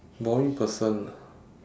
boring person